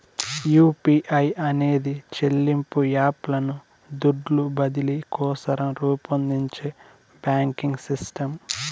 UPI అనేది చెల్లింపు app లను దుడ్లు బదిలీ కోసరం రూపొందించే బాంకింగ్ సిస్టమ్